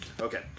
Okay